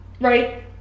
right